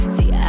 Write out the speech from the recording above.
See